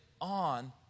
on